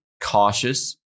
cautious